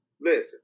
listen